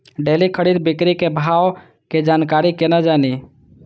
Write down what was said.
Daily खरीद बिक्री के भाव के जानकारी केना जानी?